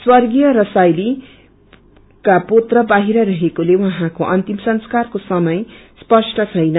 स्वग्रीय रसाईलका पुत्र बाहिर रहेकोले उझैँको अन्तिम संस्कारको समय स्पष्ट छैन्